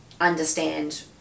understand